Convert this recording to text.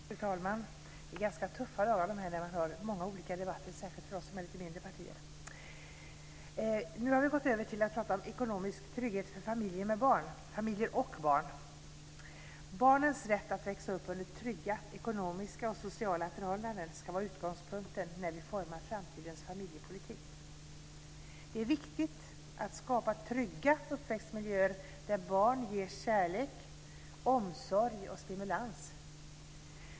Fru talman! Det är ganska tuffa dagar med många olika debatter, särskilt för oss som representerar lite mindre partier. Nu har vi gått över till att prata om ekonomisk trygghet för familjer och barn. Barnens rätt att växa upp under trygga ekonomiska och sociala förhållanden ska vara utgångspunkten när vi formar framtidens familjepolitik. Det är viktigt att skapa trygga uppväxtmiljöer där barnen ges kärlek, omsorg och stimulans.